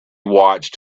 watched